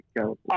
go